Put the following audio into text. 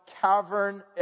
cavern